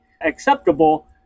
acceptable